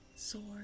sword